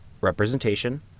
representation